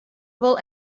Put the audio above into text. wol